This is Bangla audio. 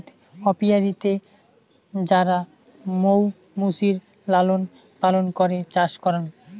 অপিয়ারীতে যারা মৌ মুচির লালন পালন করে চাষ করাং